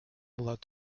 allowed